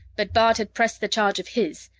but bart had pressed the charge of his,